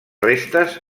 restes